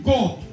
God